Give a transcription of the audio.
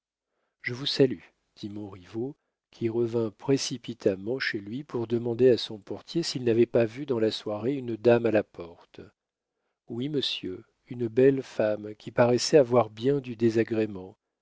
je vous salue dit montriveau qui revint précipitamment chez lui pour demander à son portier s'il n'avait pas vu dans la soirée une dame à la porte oui monsieur une belle femme qui paraissait avoir bien du désagrément